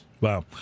Wow